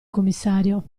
commissario